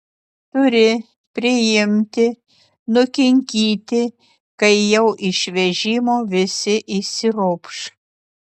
turi priimti nukinkyti kai jau iš vežimo visi išsiropš